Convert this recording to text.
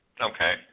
Okay